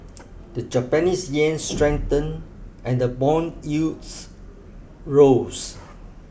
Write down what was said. the Japanese Yen strengthened and the bond yields rose